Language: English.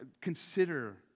Consider